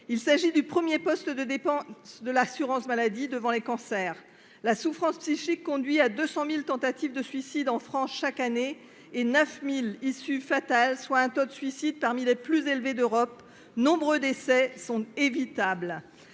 Il s'agit du premier poste de dépense de l'assurance maladie, devant les cancers. La souffrance psychique conduit chaque année, en France, à 200 000 tentatives de suicide, avec 9 000 issues fatales, soit un taux de suicide parmi les plus élevés d'Europe. De nombreux décès sont évitables,